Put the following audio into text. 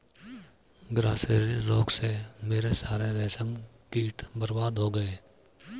grasserie रोग से मेरे सारे रेशम कीट बर्बाद हो गए